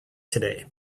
today